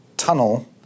tunnel